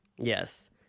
Yes